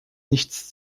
nichts